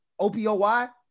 OPOY